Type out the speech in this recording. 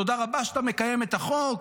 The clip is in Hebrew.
תודה רבה שאתה מקיים את החוק.